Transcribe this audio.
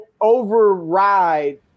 override